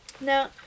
now